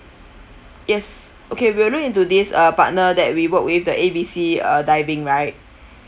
yes okay we'll look into this uh partner that we work with the A B C uh diving right